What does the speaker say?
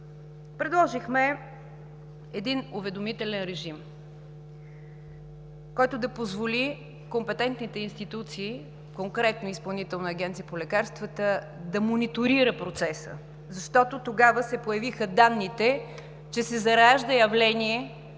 Предложихме един уведомителен режим, който да позволи компетентните институции – конкретно Изпълнителната агенция по лекарствата, да мониторира процеса, защото тогава се появиха данните, че се заражда явление,